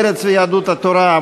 מטעם מרצ ויהדות התורה,